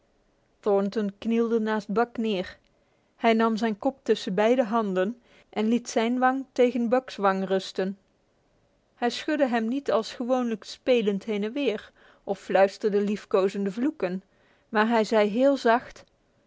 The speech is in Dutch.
thornton knielde naast buck neer hij nam zijn kop tussen beide handen en liet zijn wang tegen buck's wang rusten hij schudde hem niet als gewoonlijk spelend heen en weer of fluisterde liefkozende vloeken maar hij zei heel zacht